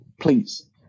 Please